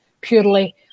purely